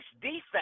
defense